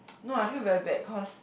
no I feel very bad cause